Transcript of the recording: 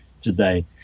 today